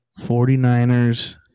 49ers